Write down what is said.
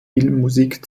filmmusik